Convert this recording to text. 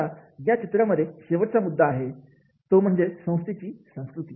आता या चित्रांमध्ये शेवटचा मुद्दा आहे तो म्हणजे संस्थेची संस्कृती